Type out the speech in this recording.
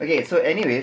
okay so anyways